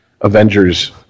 Avengers